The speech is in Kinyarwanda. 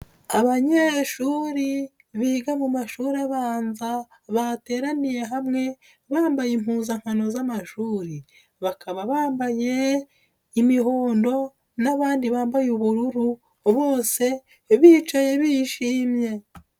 Abanyeyeshuri biga mu mashuri abanza bateraniye hamwe bambaye impuzankano z'amashuri, bakaba bambaye imihondo n'abandi bambaye ubururu bose bicaye bishimye.